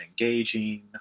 engaging